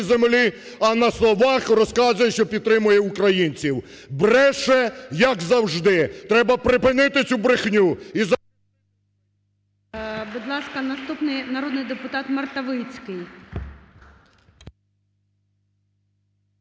землі, а на словах розказує, що підтримує українців. Бреше, як завжди. Треба припинити цю брехню